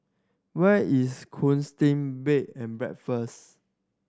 where is Gusti Bed and Breakfast